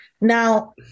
Now